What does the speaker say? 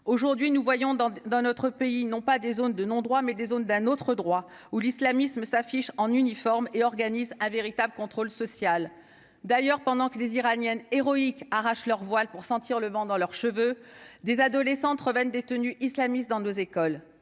aujourd'hui nous voyons dans dans notre pays non pas des zones de non-droit, mais des zones d'un autre droit ou l'islamisme s'affiche en uniforme et organise à véritables contrôle social d'ailleurs pendant que les Iraniennes héroïques arrachent leur voile pour sentir le vent dans leurs cheveux, des adolescentes rebelles détenus islamistes dans nos écoles,